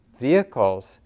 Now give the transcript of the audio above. vehicles